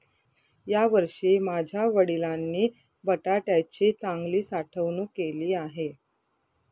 यावर्षी माझ्या वडिलांनी बटाट्याची चांगली साठवणूक केली आहे